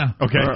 Okay